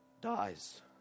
dies